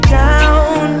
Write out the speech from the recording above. down